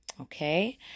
okay